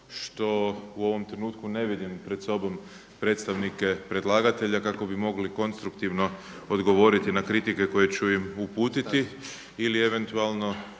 što u ovom trenutku ne vidim pred sobom predstavnike predlagatelja kako bi mogli konstruktivno odgovoriti na kritike koje ću im uputiti ili eventualno